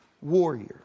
warrior